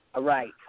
Right